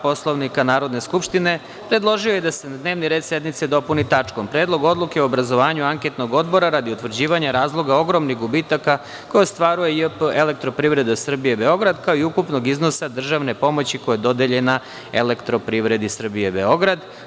Poslovnika Narodne skupštine, predložio je da se dnevni red sednice dopuni tačkom – Predlog odluke o obrazovanju anketnog odbora radi utvrđivanja razloga ogromnih gubitaka koje ostvaruje JP Elektroprivreda Srbije Beograd, kao i ukupnog iznosa državne pomoći koja je dodeljena Elektroprivredi Srbije Beograd.